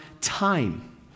time